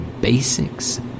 basics